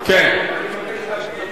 אני מבקש להדגיש,